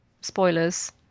spoilers